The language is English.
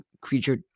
creature